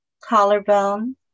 collarbone